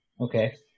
Okay